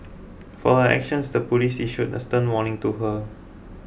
for her actions the police issued a stern warning to her